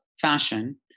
fashion